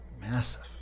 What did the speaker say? Massive